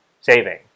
saving